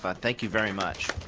but thank you very much.